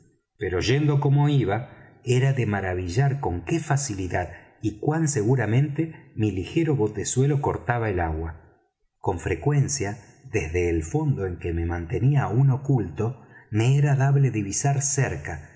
pero yendo como iba era de maravillar con qué facilidad y cuán seguramente mi ligero botezuelo cortaba el agua con frecuencia desde el fondo en que me mantenía aún oculto me era dable divisar cerca